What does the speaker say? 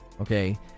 okay